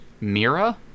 Mira